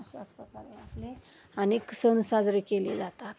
अशाच प्रकारे आपले अनेक सण साजरे केले जातात